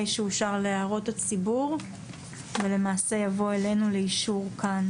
שאושר להערות הציבור ולמעשה יבוא אלינו לאישור כאן.